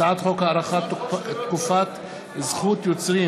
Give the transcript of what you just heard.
הצעת חוק הארכת תקופת זכות יוצרים